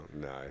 No